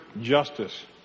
justice